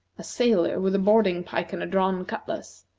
a sailor with a boarding-pike and a drawn cutlass,